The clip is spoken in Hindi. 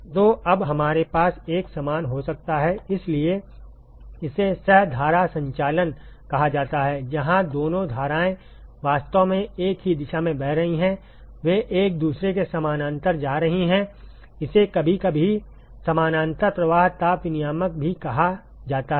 तो अब हमारे पास एक समान हो सकता हैइसलिए इसे सह धारा संचालन कहा जाता है जहां दोनों धाराएं वास्तव में एक ही दिशा में बह रही हैं वे एक दूसरे के समानांतर जा रही हैं इसे कभी कभी समानांतर प्रवाह ताप विनिमायक भी कहा जाता है